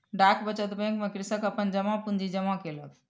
डाक बचत बैंक में कृषक अपन जमा पूंजी जमा केलक